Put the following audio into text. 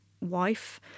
wife